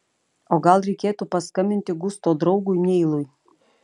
o gal reikėtų paskambinti gusto draugui neilui